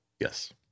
Yes